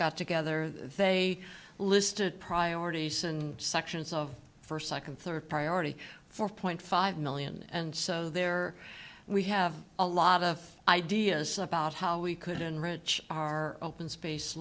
got together they listed priorities and sections of first second third priority four point five million and so there we have a lot of ideas about how we could enrich our open space